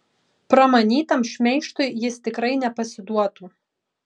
pramanytam šmeižtui jis tikrai nepasiduotų